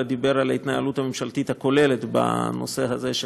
אלא על ההתנהלות הממשלתית הכוללת בנושא הזה,